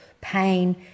pain